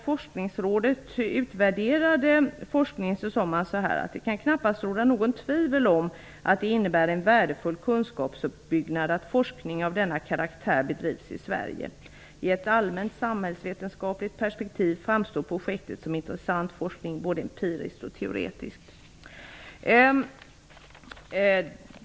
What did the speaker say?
Forskningsrådet utvärderade forskningen sade man: ''det kan knappast råda något tvivel om att det innebär en värdefull kunskapsuppbyggnad att forskning av denna karaktär bedrivs i Sverige. I ett allmänt samhällsvetenskapligt perspektiv framstår projektet som intressant forskning, både empiriskt och teoretiskt''.